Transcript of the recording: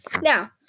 Now